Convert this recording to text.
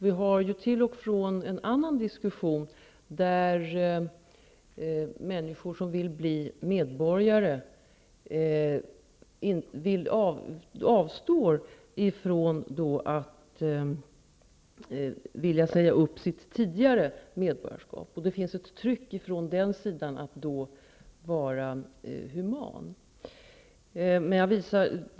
Vi har till och från en annan diskussion i de fall då människor som vill bli svenska medborgare avstår från att säga upp sitt tidigare medborgarskap. Det finns ett tryck i sådana fall att vi skall vara humana.